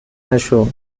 نشو